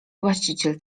właściciel